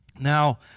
Now